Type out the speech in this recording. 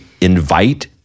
invite